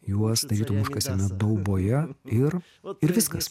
juos ir užkasėme dauboje ir ir viskas